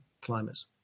climbers